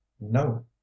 no